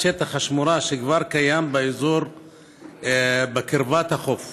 שטח השמורה שכבר קיים באזור בקרבת החוף